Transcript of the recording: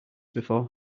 before